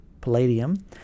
palladium